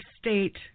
state